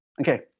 okay